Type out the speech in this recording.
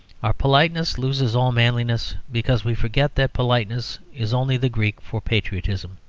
our politeness loses all manliness because we forget that politeness is only the greek for patriotism.